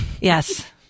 Yes